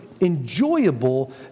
enjoyable